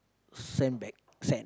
send back send